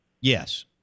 yes